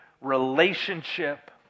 relationship